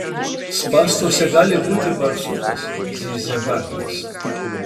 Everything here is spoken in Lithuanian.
spąstuose gali būti barsukas zyzia barnis